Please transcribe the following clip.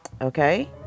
okay